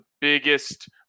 biggest